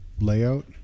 layout